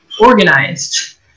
organized